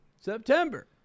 September